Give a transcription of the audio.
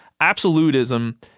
absolutism